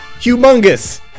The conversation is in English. humongous